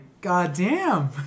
goddamn